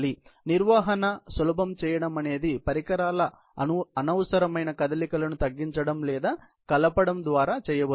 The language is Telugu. కాబట్టి నిర్వహణను సులభం చేయడమనేది పరికరాల అనవసరమైన కదలికలను తగ్గించడం లేదా కలపడం ద్వారా చేయవచ్చు